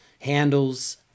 handles